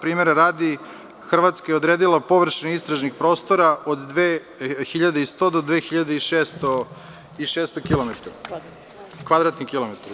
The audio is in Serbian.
Primera radi, Hrvatska je odredila površinu istražnih prostora od 2.100 do 2.600 kvadratnih kilometara.